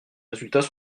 résultats